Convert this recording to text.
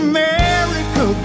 America